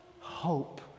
hope